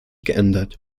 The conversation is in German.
geändert